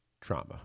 trauma